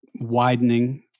widening